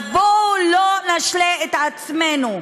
אז בואו לא נשלה את עצמנו.